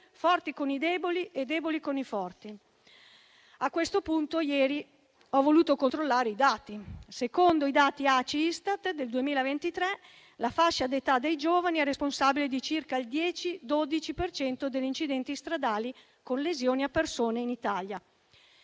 forti con i deboli e deboli con i forti. Ieri ho voluto controllare i dati. Secondo i dati ACI-Istat del 2023, la fascia d'età dei giovani è responsabile di circa il 10-12 per cento degli incidenti stradali con lesioni a persone in Italia.